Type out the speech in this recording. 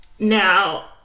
Now